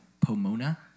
Pomona